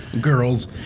girls